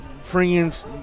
friends